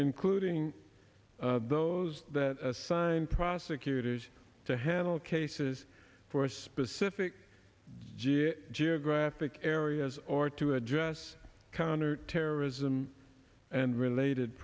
including those that assigned prosecutors to handle cases for specific ga geographic areas or to address counterterrorism and related